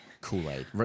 Kool-Aid